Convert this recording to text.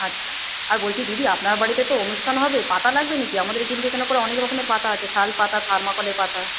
আচ্ছা আর বলছি দিদি আপনার বাড়িতে তো অনুষ্ঠান হবে পাতা লাগবে নাকি আমাদের অনেক রকমের পাতা আছে শালপাতা থার্মোকলের পাতা